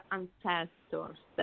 ancestors